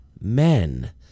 men